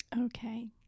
Okay